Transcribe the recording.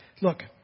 Look